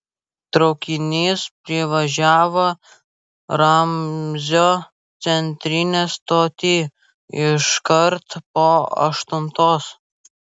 traukinys privažiavo ramzio centrinę stotį iškart po aštuntos